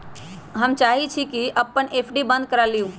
हम चाहई छी कि अपन एफ.डी बंद करा लिउ